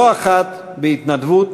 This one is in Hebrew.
לא אחת בהתנדבות,